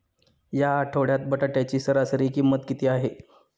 या आठवड्यात बटाट्याची सरासरी किंमत किती आहे?